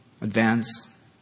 advance